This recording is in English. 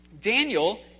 Daniel